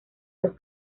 dos